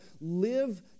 live